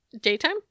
Daytime